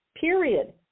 period